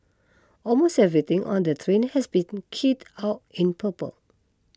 almost everything on the train has been kitted out in purple